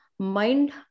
mind